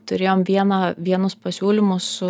turėjom vieną vienus pasiūlymus su